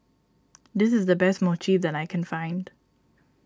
this is the best Mochi that I can find